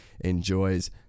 enjoys